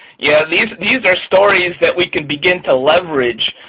yeah these these are stories that we can begin to leverage,